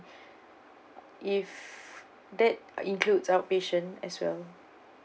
if that includes outpatient as well